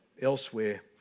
elsewhere